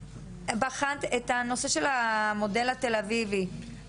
את הנושא של המודל התל אביבי, בחנת?